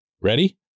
ready